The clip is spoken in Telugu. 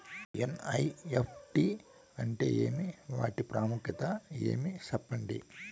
ఎన్.ఇ.ఎఫ్.టి అంటే ఏమి వాటి ప్రాముఖ్యత ఏమి? సెప్పండి?